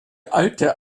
alte